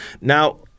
Now